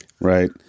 Right